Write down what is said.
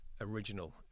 original